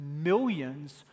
millions